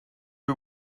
you